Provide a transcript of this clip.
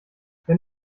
wenn